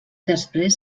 després